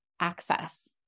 access